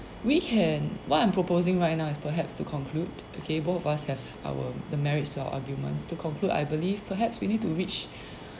we can what I'm proposing right now is perhaps to conclude okay both of us have our the merits to our arguments to conclude I believe perhaps we need to reach